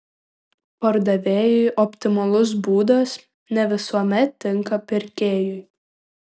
pardavėjui optimalus būdas ne visuomet tinka pirkėjui